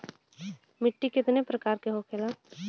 मिट्टी कितने प्रकार के होखेला?